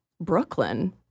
Brooklyn